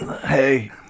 Hey